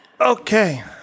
Okay